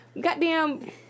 Goddamn